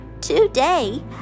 Today